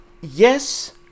yes